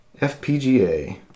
FPGA